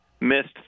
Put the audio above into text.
missed